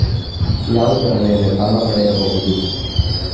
ಯಾವುದರ ಮೇಲೆ ಸಾಲ ಪಡೆಯಬಹುದು?